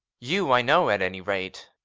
you i know, at any rate